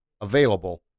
Available